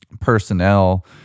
personnel